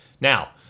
Now